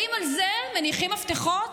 האם על זה מניחים מפתחות?